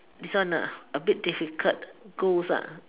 this one a bit difficult goals